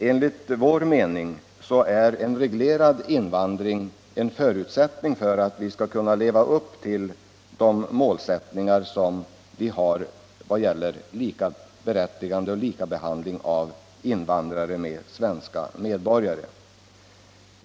Enligt vår mening är en reglerad invandring en föutsättning för att vi skall kunna leva upp till de målsättningar som vi har i fråga om likaberättigande och likabehandling av invandrare och svenska medborgare.